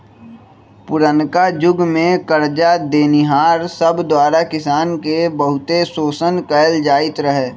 पुरनका जुग में करजा देनिहार सब द्वारा किसान के बहुते शोषण कएल जाइत रहै